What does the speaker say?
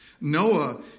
Noah